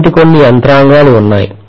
అలాంటి కొన్ని యంత్రాంగాలు ఉన్నాయి